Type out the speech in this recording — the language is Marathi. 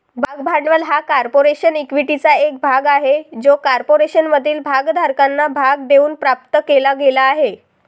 भाग भांडवल हा कॉर्पोरेशन इक्विटीचा एक भाग आहे जो कॉर्पोरेशनमधील भागधारकांना भाग देऊन प्राप्त केला गेला आहे